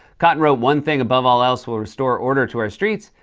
cotton wrote, one thing above all else will restore order to our streets,